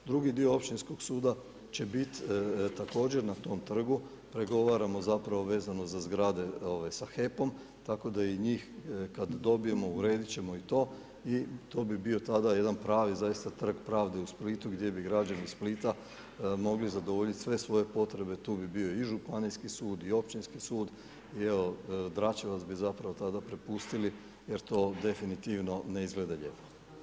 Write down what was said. Drugi dio općinskog suda će također biti na tom trgu, pregovaramo vezano za zgrade sa HEP-om tako da i njih kada dobijemo uredit ćemo i to i to bi bio tada jedan pravi zaista Trg pravde u Splitu gdje bi građani Splita mogli zadovoljiti sve svoje potrebe, tu bi bio i županijski sud i općinski sud i evo Dračevac bi zapravo tada prepustili jer to definitivno ne izgleda lijepo.